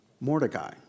Mordecai